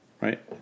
Right